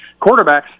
Quarterbacks